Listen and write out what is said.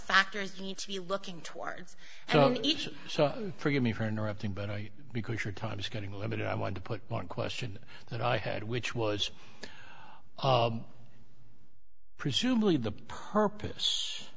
factors need to be looking towards each so forgive me for interrupting but i because your time is getting limited i want to put one question that i had which was presumably the purpose